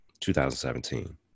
2017